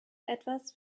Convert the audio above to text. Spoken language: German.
etwas